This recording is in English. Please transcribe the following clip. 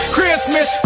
Christmas